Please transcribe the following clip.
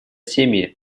семьи